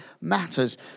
matters